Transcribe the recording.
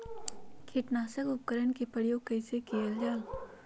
किटनाशक उपकरन का प्रयोग कइसे कियल जाल?